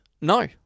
No